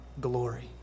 glory